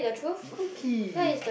monkey